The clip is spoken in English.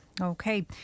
Okay